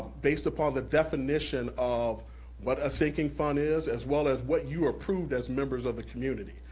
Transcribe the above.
based upon the definition of what a sinking fund is as well as what you approved as members of the community.